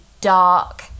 dark